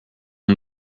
mon